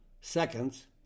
seconds